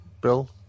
Bill